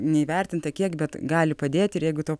neįvertinta kiek bet gali padėti ir jeigu to